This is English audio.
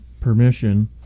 permission